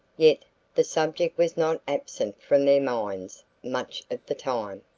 yet the subject was not absent from their minds much of the time.